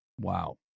Wow